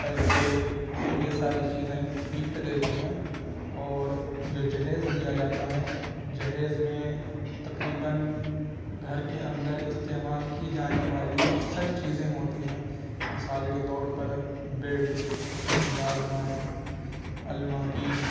پیسے یہ ساری چیزیں گفٹ دیتے ہیں اور جو جہیز دیا جاتا ہے جہیز میں تقریباً گھر کے اندر استعمال کی جانے والی اکثر چیزیں ہوتی ہیں مثال کے طور پر بیڈ سنگاردان الماری